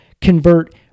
convert